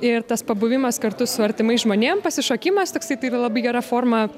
ir tas pabuvimas kartu su artimais žmonėm pasišokimas toksai tai labai gera forma